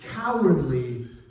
cowardly